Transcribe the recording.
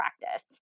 practice